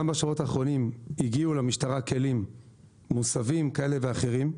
גם בשבועות האחרונים הגיעו למשטרה כלים מוסבים כאלה ואחרים,